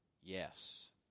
Yes